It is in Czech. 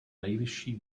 nejvyšší